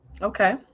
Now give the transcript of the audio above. Okay